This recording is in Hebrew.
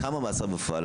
כמה מאסר בפועל,